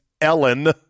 Ellen